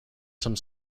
some